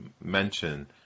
mention